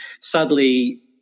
sadly